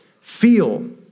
Feel